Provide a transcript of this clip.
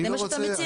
זה מה שאתה מציע?